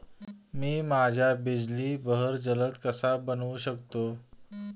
मी माझ्या बिजली बहर जलद कसा बनवू शकतो?